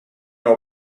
know